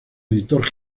editor